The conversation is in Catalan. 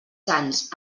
sants